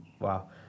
wow